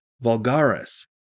vulgaris